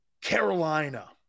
Carolina